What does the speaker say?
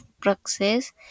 process